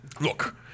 Look